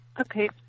Okay